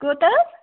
کوتاہ